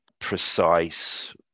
precise